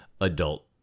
adult